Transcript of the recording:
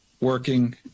working